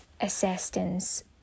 assistance